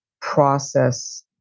process